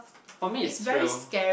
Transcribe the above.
for me is thrill